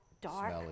dark